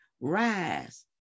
Rise